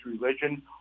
religion